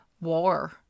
war